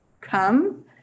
come